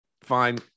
fine